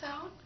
out